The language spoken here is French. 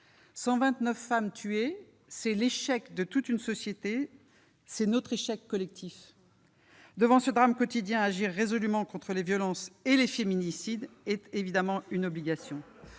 129 femmes tuées signe l'échec de toute une société, notre échec collectif. Devant ce drame quotidien, agir résolument contre les violences et les féminicides est une obligation.